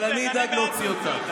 אבל אני אדאג להוציא אותה.